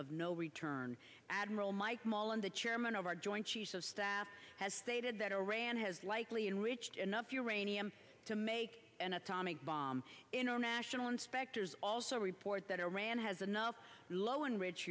of no return admiral mike mullen the chairman of our joint chiefs of staff has stated that iran has likely and enough uranium to make an atomic bomb international inspectors also report that iran has enough low enrich